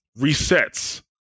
resets